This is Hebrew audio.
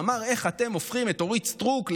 ואמר: איך אתם הופכים את אורית סטרוק,